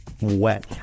wet